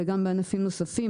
אלא גם בענפים נוספים,